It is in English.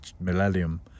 millennium